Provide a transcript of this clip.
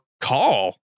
call